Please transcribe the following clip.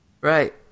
Right